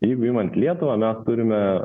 jeigu imant lietuvą mes turime